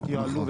הם התייעלו,